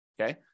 okay